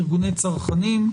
ארגוני צרכנים,